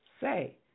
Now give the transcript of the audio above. Say